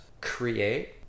create